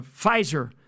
Pfizer